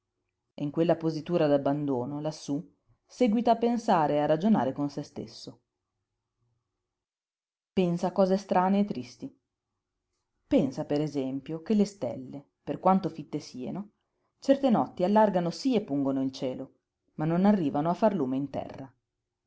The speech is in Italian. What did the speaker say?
in quella positura d'abbandono lassú seguita a pensare e a ragionar con se stesso pensa cose strane e tristi pensa per esempio che le stelle per quanto fitte sieno certe notti allargano sí e pungono il cielo ma non arrivano a far lume in terra